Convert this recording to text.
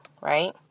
right